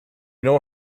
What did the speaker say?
know